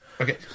Okay